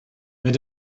mit